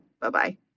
Bye-bye